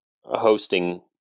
hosting